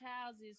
houses